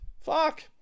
Fuck